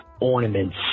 Ornaments